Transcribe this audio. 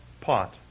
pot